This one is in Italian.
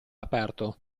aperto